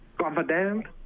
confident